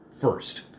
first